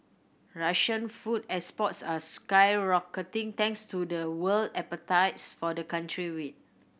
Russian food exports are skyrocketing thanks to the world appetite for the country wheat